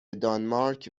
دانمارک